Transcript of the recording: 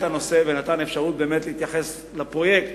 הנושא ונתן לי אפשרות להתייחס לפרויקט